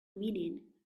meaning